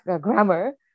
grammar